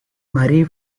marie